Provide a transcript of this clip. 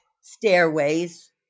stairways